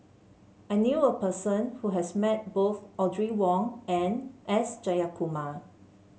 I knew a person who has met both Audrey Wong and S Jayakumar